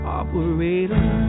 operator